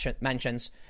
mentions